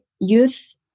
youth